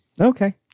okay